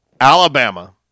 Alabama